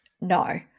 No